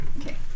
Okay